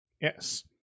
Yes